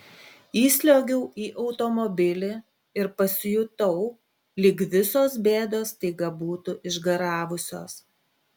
įsliuogiau į automobilį ir pasijutau lyg visos bėdos staiga būtų išgaravusios